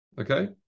Okay